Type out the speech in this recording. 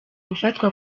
gufatwa